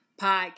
podcast